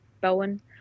Bowen